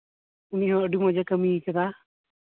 ᱩᱱᱤᱦᱚᱸ ᱟᱹᱰᱤ ᱢᱚᱡᱽᱼᱮ ᱠᱟᱹᱢᱤ ᱟᱠᱟᱫᱟ